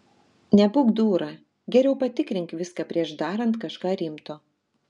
nebūk dūra geriau patikrink viską prieš darant kažką rimto